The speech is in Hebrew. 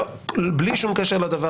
בלי שום קשר לדבר